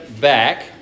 back